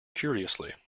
curiously